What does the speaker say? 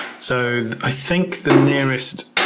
so i think the nearest,